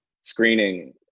screening